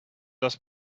das